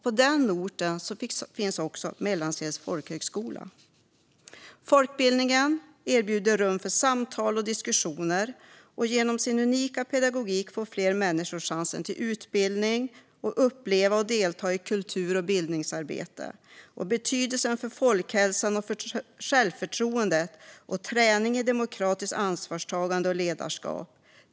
På den orten finns också Mellansels folkhögskola. Folkbildningen erbjuder rum för samtal och diskussioner. Genom sin unika pedagogik ger den fler människor chansen till utbildning och till att uppleva och delta i kultur och bildningsarbete. Det har betydelse för folkhälsan och självförtroendet och ger träning i demokratiskt ansvarstagande och ledarskap.